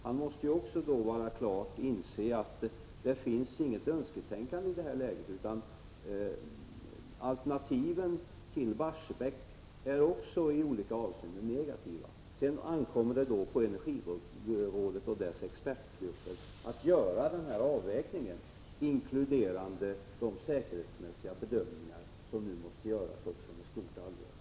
Han måste också klart inse att det inte finns plats för något önsketänkande i det här läget. Alternativen till Barsebäck är också i olika avseenden negativa. Det ankommer då på Energirådet och dess expertgrupper att göra en avvägning, inkluderande de säkerhetsmässiga bedömningar som nu måste göras med stort allvar.